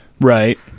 Right